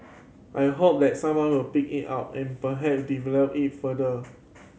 I hope that someone will pick it up and perhap develop it further